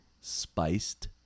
Spiced